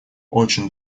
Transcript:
очень